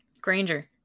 granger